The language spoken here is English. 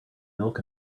milk